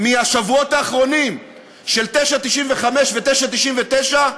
מהשבועות האחרונים של 9.95 ו-9.99,